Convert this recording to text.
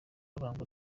urangwa